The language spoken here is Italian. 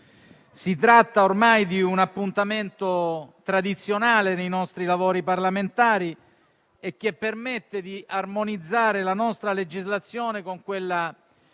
Si tratta ormai di un appuntamento tradizionale nei nostri lavori parlamentari, che permette di armonizzare la nostra legislazione con quella